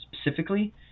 specifically